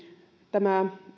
tämä